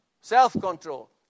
Self-control